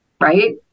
right